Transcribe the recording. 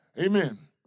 Amen